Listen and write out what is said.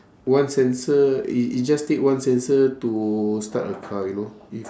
one sensor it it just take one sensor to start a car you know if